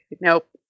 Nope